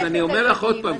עבירה שמסכנת את העובדים.